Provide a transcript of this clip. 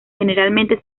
generalmente